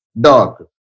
Dog